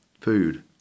food